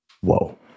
Whoa